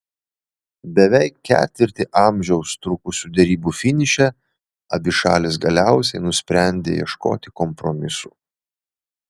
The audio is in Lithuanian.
beveik ketvirtį amžiaus trukusių derybų finiše abi šalys galiausiai nusprendė ieškoti kompromisų